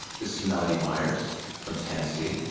this is melody myers from tennessee.